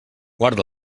guarda